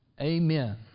Amen